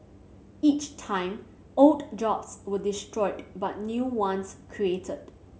each time old jobs were destroyed but new ones created